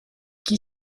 qui